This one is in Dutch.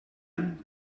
een